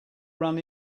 run